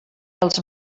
els